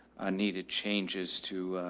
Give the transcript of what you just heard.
i needed changes to,